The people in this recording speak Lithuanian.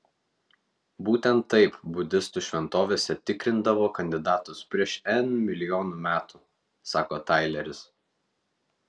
būtent taip budistų šventovėse tikrindavo kandidatus prieš n milijonų metų sako taileris